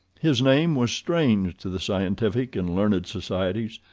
his name was strange to the scientific and learned societies,